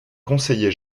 conseiller